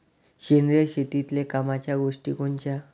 सेंद्रिय शेतीतले कामाच्या गोष्टी कोनच्या?